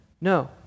No